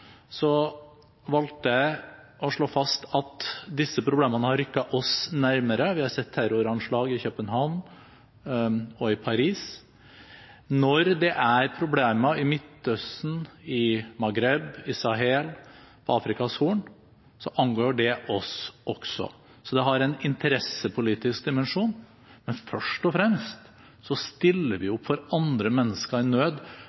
København og i Paris. Når det er problemer i Midtøsten, i Maghreb, i Sahel og på Afrikas Horn, angår det oss også. Så det har en interessepolitisk dimensjon, men først og fremst stiller vi opp for andre mennesker i nød